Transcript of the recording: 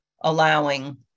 allowing